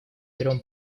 трем